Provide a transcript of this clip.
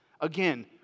Again